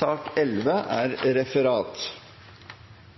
Dermed er